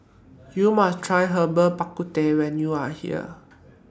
YOU must Try Herbal Bak Ku Teh when YOU Are here